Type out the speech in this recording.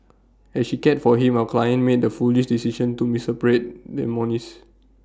as she cared for him our client made the foolish decision to the monies